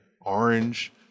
orange